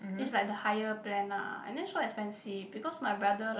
is like the higher plan lah and then so expensive because my brother like